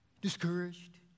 discouraged